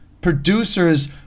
producers